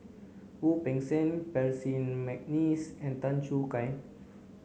Wu Peng Seng Percy McNeice and Tan Choo Kai